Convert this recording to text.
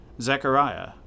Zechariah